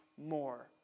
More